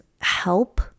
help